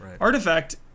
Artifact